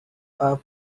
are